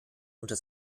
unter